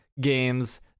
games